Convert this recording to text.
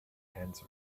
hands